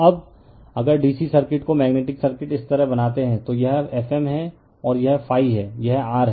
refer slide time 1718 तो अब अगर DC सर्किट को मेग्नेटिक सर्किट इस तरह बनाते हैं तो यह Fm है और यह ∅ है यह R है